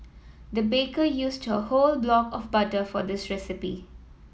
the baker used a whole block of butter for this recipe